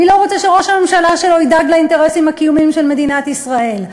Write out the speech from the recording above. מי לא רוצה שראש הממשלה שלו ידאג לאינטרסים הקיומיים של מדינת ישראל?